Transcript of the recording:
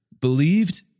believed